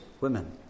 women